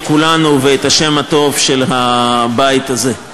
כולנו ואת השם הטוב של הבית הזה אליהן.